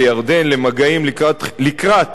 לירדן לקראת